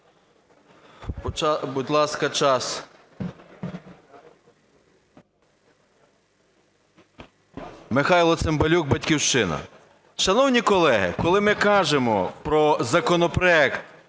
Будь ласка, час. Михайло Цимбалюк, "Батьківщина". Шановні колеги, коли ми кажемо про законопроект,